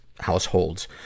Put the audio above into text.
households